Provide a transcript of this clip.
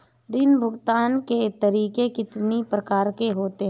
ऋण भुगतान के तरीके कितनी प्रकार के होते हैं?